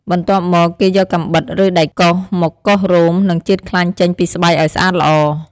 បន្ទាប់មក គេយកកាំបិត ឬដែកកោសមកកោសរោម និងជាតិខ្លាញ់ចេញពីស្បែកឱ្យស្អាតល្អ។